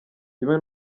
kimwe